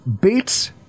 Bates